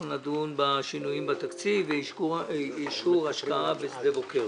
אנחנו נדון בשינויים בתקציב ואישור השקעה בשדה בוקר.